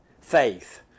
faith